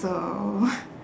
so